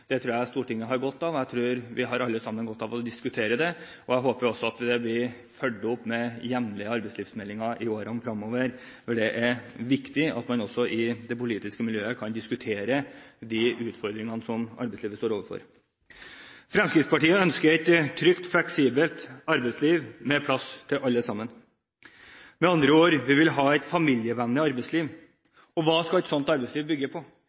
Det tror jeg Stortinget har godt av – jeg tror vi alle sammen har godt av – å diskutere dette. Jeg håper at man følger opp med jevnlige arbeidslivsmeldinger i årene fremover, for det er viktig at man også i det politiske miljøet kan diskutere de utfordringene som arbeidslivet står overfor. Fremskrittspartiet ønsker et trygt og fleksibelt arbeidsliv med plass til alle sammen – m.a.o. : Vi vil ha et familievennlig arbeidsliv. Hva skal et slikt arbeidsliv bygge på?